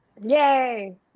Yay